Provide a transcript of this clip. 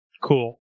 Cool